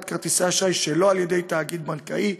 כרטיסי אשראי שלא על-ידי תאגיד בנקאי,